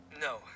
No